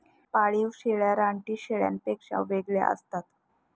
पाळीव शेळ्या रानटी शेळ्यांपेक्षा वेगळ्या असतात